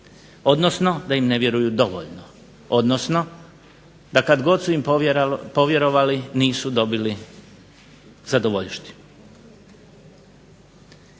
odnosno da im ne vjeruju dovoljno, odnosno da kada god su im povjerovali nisu dobili zadovoljštinu.